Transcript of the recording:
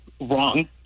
wrong